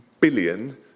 billion